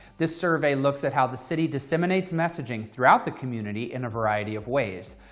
the survey looks at how the city disseminates messaging throughout the community in a variety of ways,